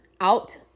out